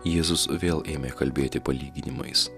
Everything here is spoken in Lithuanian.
jėzus vėl ėmė kalbėti palyginimais